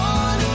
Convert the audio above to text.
on